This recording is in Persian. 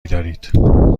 دارید